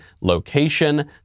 location